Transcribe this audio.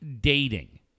dating